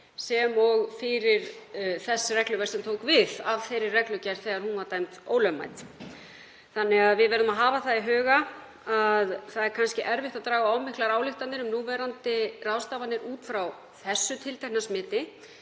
sem og fyrir gildistöku þess regluverks sem tók við af þeirri reglugerð þegar hún var dæmd ólögmæt. Þannig að við verðum að hafa það í huga að það er erfitt að draga of miklar ályktanir um núverandi ráðstafanir út frá þessu tiltekna smiti.